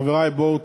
חברי, בואו.